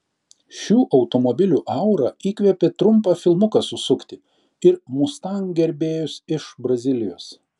šių automobilių aura įkvėpė trumpą filmuką susukti ir mustang gerbėjus iš brazilijos